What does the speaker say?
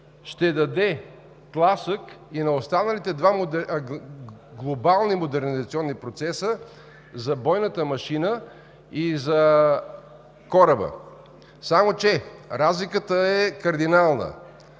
ще даде тласък и на останалите два глобални модернизационни процеса – за бойната машина и за кораба, само че разликата е кардинална.